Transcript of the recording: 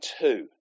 two